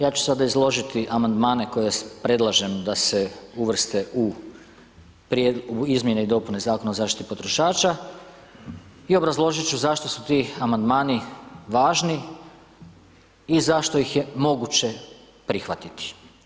Ja ću sada izložiti amandmane koje predlažem da se uvrste u izmjene i dopune Zakona o zaštiti potrošača i obrazložit ću zašto su ti amandmani važni i zašto ih je moguće prihvatiti.